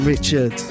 Richard